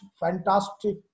fantastic